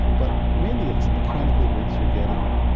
but mainly it's a mechanical rinse you're getting,